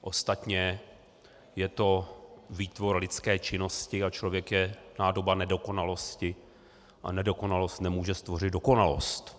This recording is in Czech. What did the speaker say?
Ostatně je to výtvor lidské činnosti a člověk je nádoba nedokonalosti a nedokonalost nemůže stvořit dokonalost.